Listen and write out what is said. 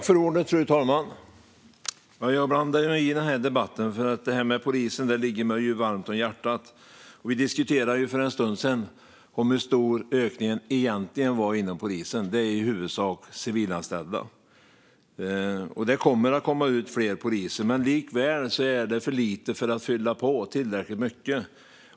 Fru talman! Jag blandar mig i debatten eftersom polisen ligger mig varmt om hjärtat. Vi diskuterade för en stund sedan hur stor ökningen av antalet poliser egentligen är, och det är ju i huvudsak civilanställda. Det kommer att komma ut fler poliser, men likväl är de ändå för få för att fylla på tillräckligt mycket.